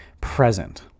present